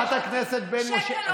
חברת הכנסת רון בן משה,